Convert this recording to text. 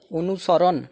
অনুসরণ